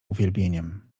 uwielbieniem